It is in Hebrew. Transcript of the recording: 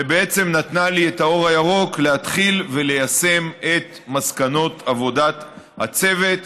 ובעצם נתנה לי את האור הירוק להתחיל וליישם את מסקנות עבודת הצוות.